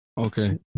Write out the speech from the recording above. Okay